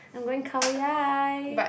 I'm going Khao-Yai